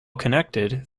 connected